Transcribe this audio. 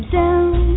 down